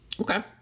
Okay